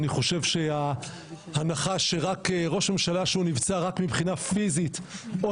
אני חושב שההנחה שראש ממשלה שהוא נבצר רק מבחינה פיזית או